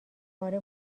اره